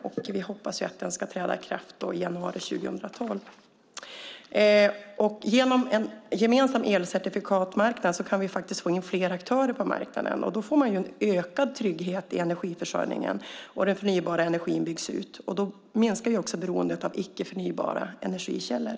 Vi hoppas att detta ska träda i kraft i januari 2012. Genom en gemensam elcertifikatsmarknad kan vi faktiskt få in fler aktörer på marknaden. Då får man en ökad trygghet i energiförsörjningen, och den förnybara energin byggs ut. Då minskar också beroendet av icke-förnybara energikällor.